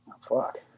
fuck